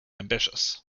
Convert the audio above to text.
ambitious